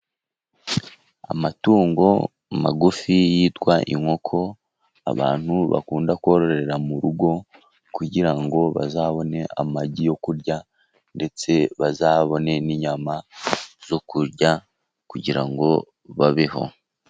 Amatungo magufi yitwa inkoko, abantu bakunda kororera mu rugo, kugira ngo bazabone amagi yo kurya, ndetse bazabone n'inyama zo kurya, kugira ngo babeho.